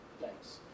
Thanks